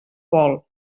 vol